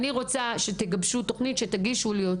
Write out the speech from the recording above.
אני רוצה שתגבשו תוכנית שתגישו לי,